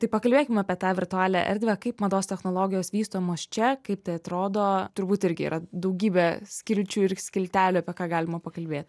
tai pakalbėkim apie tą virtualią erdvę kaip mados technologijos vystomos čia kaip tai atrodo turbūt irgi yra daugybė skilčių ir skiltelių apie ką galima pakalbėt